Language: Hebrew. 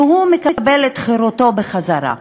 שמקבל את חירותו בחזרה.